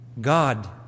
God